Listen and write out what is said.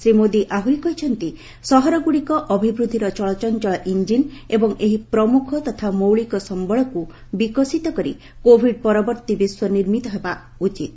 ଶ୍ରୀ ମୋଦି ଆହୁରି କହିଛନ୍ତି ସହରଗୁଡିକ ଅଭିବୃଦ୍ଧିର ଚଳଚଂଚଳ ଇଂଜିନ୍ ଏବଂ ଏହି ପ୍ରମୁଖ ତଥା ମୌଳିକ ସମ୍ଭଳକୁ ବିକଶିତ କରି କୋଭିଡ୍ ପରବର୍ତୀ ବିଶ୍ୱ ନିର୍ମିତ ହେବା ଉଚିତ୍